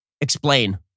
Explain